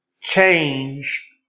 change